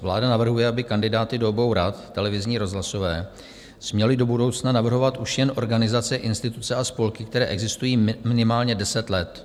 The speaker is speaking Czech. Vláda navrhuje, aby kandidáty do obou rad, televizní i rozhlasové, směly do budoucna navrhovat už jen organizace, instituce a spolky, které existují minimálně deset let.